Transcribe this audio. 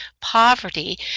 poverty